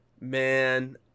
man